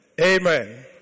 Amen